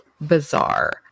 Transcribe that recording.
bizarre